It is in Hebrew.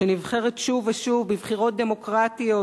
שנבחרת שוב ושוב בבחירות דמוקרטיות,